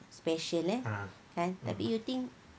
special eh tapi you think